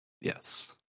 Yes